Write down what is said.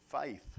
faith